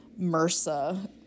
MRSA